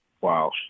Wow